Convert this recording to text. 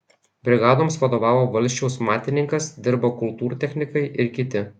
brigadoms vadovavo valsčiaus matininkas dirbo kultūrtechnikai ir kiti